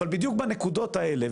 אבל בדיוק בנקודות האלה,